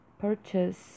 purchase